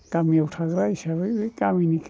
गामियाव थाग्रा हिसाबै बे गामिनि